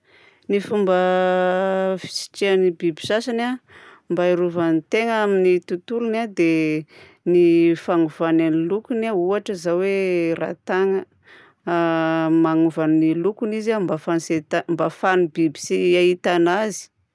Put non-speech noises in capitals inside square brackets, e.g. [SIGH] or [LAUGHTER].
Ny fomba [HESITATION] fisitrian'ny biby sasany mba hiarovany tegna amin'ny tontolony a dia [HESITATION] ny fanovany ny lokony a. Ohatra izao hoe ratagna [HESITATION] manova ny lokony izy a mba tsy ahità- mba ahafahan'ny biby tsy ahita anazy.